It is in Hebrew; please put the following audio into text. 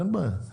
אין בעיה.